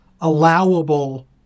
allowable